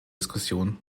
diskussion